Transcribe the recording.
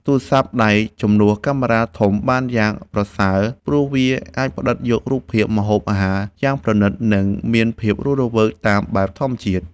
ទូរស័ព្ទដៃជំនួសកាមេរ៉ាធំបានយ៉ាងប្រសើរ ព្រោះវាអាចផ្ដិតយករូបភាពម្ហូបអាហារយ៉ាងប្រណីត និង មានភាពរស់រវើកតាមបែបធម្មជាតិ។